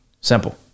Simple